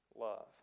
love